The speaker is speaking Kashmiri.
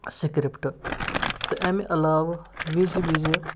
سِکرِپٹہٕ تہٕ اَمہِ علاوٕ وِزِ وِزِ